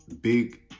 big